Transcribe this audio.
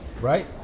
right